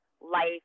life